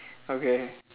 okay